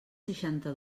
seixanta